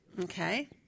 Okay